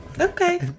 Okay